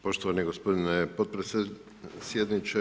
Poštovani gospodine potpredsjedniče.